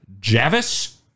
Javis